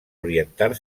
orientar